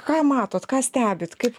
ką matot ką stebit kaip